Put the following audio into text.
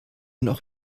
noch